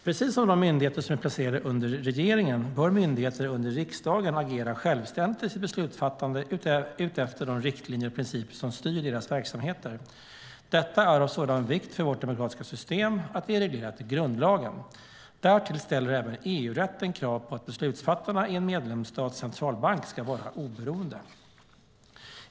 Precis som de myndigheter som är placerade under regeringen bör myndigheter under riksdagen agera självständigt i sitt beslutsfattande utefter de riktlinjer och principer som styr deras verksamheter. Detta är av sådan vikt för vårt demokratiska system att det är reglerat i grundlagen. Därtill ställer även EU-rätten krav på att beslutsfattarna i en medlemsstats centralbank ska vara oberoende.